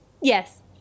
Yes